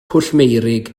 pwllmeurig